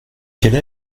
quelle